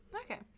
Okay